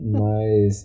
mas